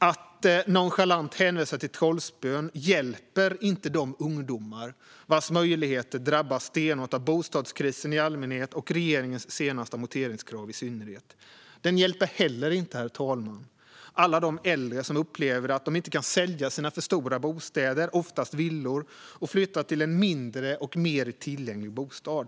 Att nonchalant hänvisa till trollspön hjälper inte de ungdomar vars möjligheter drabbas stenhårt av bostadskrisen i allmänhet och regeringens senaste amorteringskrav i synnerhet. Det hjälper heller inte, herr talman, alla de äldre som upplever att de inte kan sälja sina för stora bostäder, oftast villor, och flytta till en mindre och mer tillgänglig bostad.